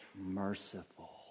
merciful